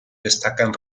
destacan